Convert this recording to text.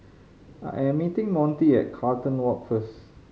I am meeting Montie at Carlton Walk first